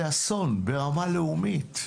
זה אסון ברמה לאומית.